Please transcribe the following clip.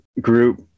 group